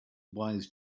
wise